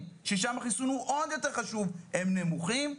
ששם החיסון הוא עוד יותר חשוב הם נמוכים,